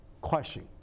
Question